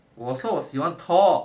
我说我喜欢 thor